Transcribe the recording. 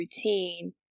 routine